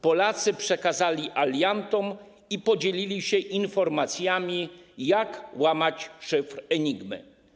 Polacy przekazali aliantom i podzielili się informacjami, jak łamać szyfr Enigmy.